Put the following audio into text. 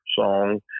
song